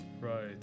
Right